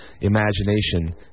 imagination